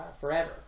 Forever